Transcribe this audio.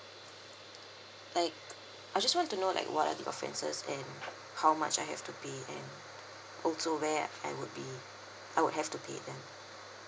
like I just want to know like what are the offences and how much I have to pay and also where I would be I would have to pay then